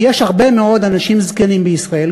כי יש הרבה מאוד אנשים זקנים בישראל,